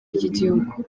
ry’igihugu